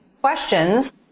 questions